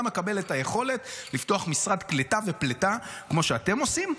גם אני אקבל את היכולת לפתוח משרד קליטה ופליטה כמו שאתם עושים.